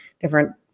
different